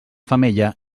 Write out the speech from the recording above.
femella